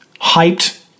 hyped